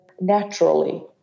naturally